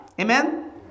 Amen